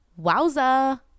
Wowza